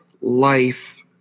life